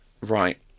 Right